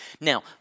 Now